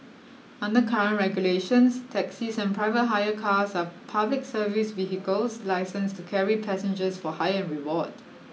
under current regulations taxis and private hire cars are public service vehicles licensed to carry passengers for hire and reward